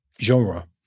genre